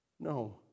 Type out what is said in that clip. No